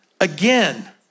again